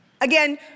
Again